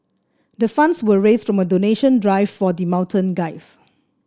the funds were raised from a donation drive for the mountain guides